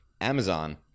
Amazon